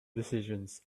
decisions